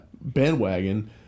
bandwagon